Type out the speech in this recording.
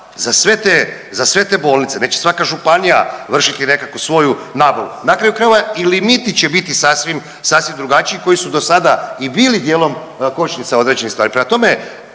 za sve te bolnice. Neće svaka županija vršiti nekakvu svoju nabavu. Na kraju krajeva i limiti će biti sasvim drugačiji koji su do sada i bili dijelom kočnica određenih stvari.